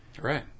Right